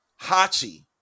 Hachi